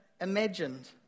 Imagined